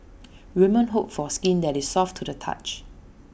women hope for skin that is soft to the touch